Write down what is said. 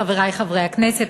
חברי חברי הכנסת,